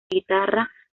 guitarra